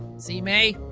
see, mae.